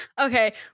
Okay